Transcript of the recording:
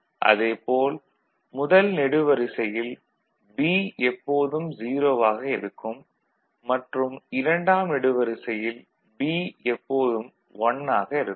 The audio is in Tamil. அதே போல் முதல் நெடுவரிசையில் B எப்போதும் 0 ஆக இருக்கும் மற்றும் இரண்டாம் நெடுவரிசையில் B எப்போதும் 1 ஆக இருக்கும்